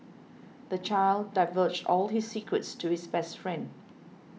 the child divulged all his secrets to his best friend